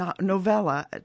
novella